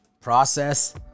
process